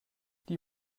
die